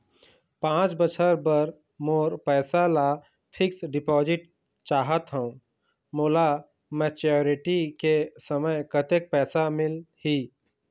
पांच बछर बर मोर पैसा ला फिक्स डिपोजिट चाहत हंव, मोला मैच्योरिटी के समय कतेक पैसा मिल ही?